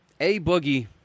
A-Boogie